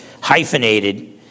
hyphenated